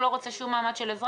הוא לא רוצה שום מעמד של אזרח,